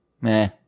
Meh